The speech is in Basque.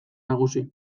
nagusi